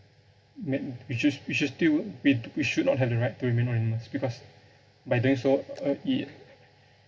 w~ we should we should still we should not have the right to remain anonymous because by doing so uh it